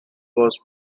was